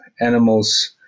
animals